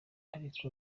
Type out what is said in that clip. ariko